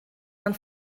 man